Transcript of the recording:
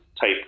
type